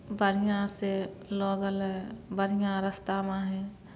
बढ़िआँसँ लऽ गेलै बढ़िआँ रस्ता माहे